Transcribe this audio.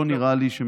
שלא נראה לי,